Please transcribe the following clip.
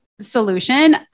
solution